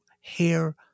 hair